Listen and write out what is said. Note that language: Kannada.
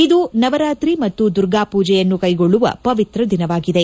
ಇದು ನವರಾತ್ರಿ ಮತ್ತು ದುರ್ಗಾ ಪೂಜೆಯನ್ನು ಕೈಗೊಳ್ಳುವ ಪವಿತ್ರ ದಿನವಾಗಿದೆ